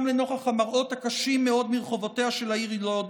גם לנוכח המראות הקשים מאוד מרחובותיה של העיר לוד,